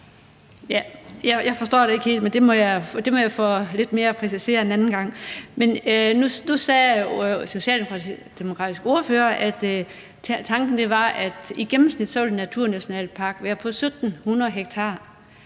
Jeg forstår det ikke helt, men det må jeg få nærmere præciseret en anden gang. Nu sagde den socialdemokratiske ordfører, at tanken var, at en naturnationalpark i gennemsnit